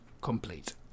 complete